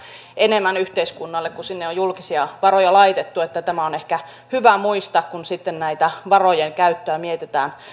enemmän yhteiskunnalle kuin sinne on julkisia varoja laitettu tämä on ehkä hyvä muistaa kun sitten tätä varojen käyttöä mietitään